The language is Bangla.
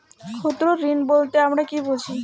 ক্ষুদ্র ঋণ বলতে আমরা কি বুঝি?